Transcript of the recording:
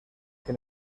que